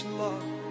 love